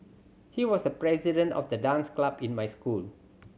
he was the president of the dance club in my school